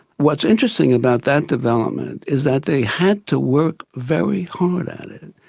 what's interesting about that development, is that they had to work very hard at it,